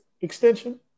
extension